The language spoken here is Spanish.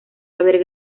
haber